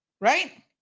right